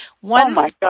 One